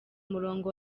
murongo